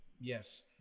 Yes